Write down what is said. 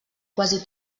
quasi